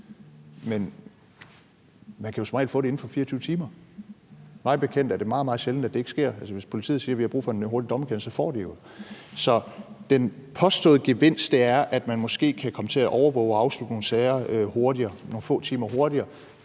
Men man kan jo som regel få det inden for 24 timer. Mig bekendt er det meget, meget sjældent, at det ikke sker, for hvis politiet siger, at de har brug for en hurtig dommerkendelse, så får de det jo. Så den påståede gevinst er, at man måske kan komme til at overvåge og afslutte nogle sager nogle få timer hurtigere.